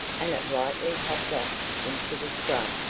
and it lightly hopped off into the scrub,